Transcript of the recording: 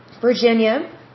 Virginia